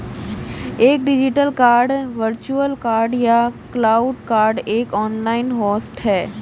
एक digital card virtual card या cloud card एक ऑनलाइन होस्ट है